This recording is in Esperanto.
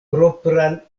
propran